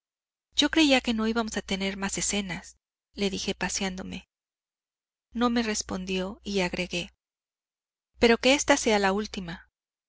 yo creía que no íbamos a tener más escenas le dije paseándome no me respondió y agregué pero que sea ésta la última